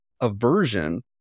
aversion